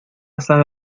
sabe